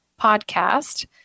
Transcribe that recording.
podcast